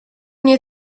nie